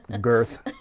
girth